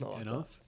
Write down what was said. enough